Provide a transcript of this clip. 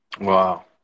Wow